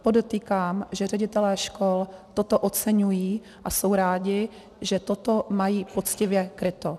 Podotýkám, že ředitelé škol toto oceňují a jsou rádi, že toto mají poctivě kryto.